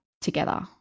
together